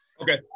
Okay